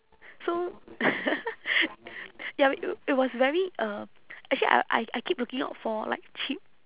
so ya it w~ it was very um actually I I I keep looking out for like cheap